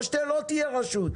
או שלא תהיה רשות,